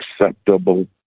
acceptable